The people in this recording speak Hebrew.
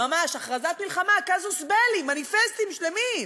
ממש של הכרזת מלחמה, "קאזוס בלי", מניפסטים שלמים,